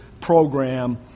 program